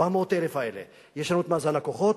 400,000 האלה ישנו את מאזן הכוחות.